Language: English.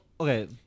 okay